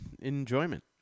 enjoyment